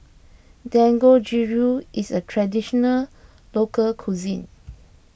Dangojiru is a Traditional Local Cuisine